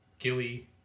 Gilly